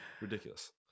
ridiculous